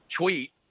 tweet